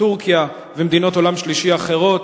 טורקיה ומדינות אחרות